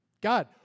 God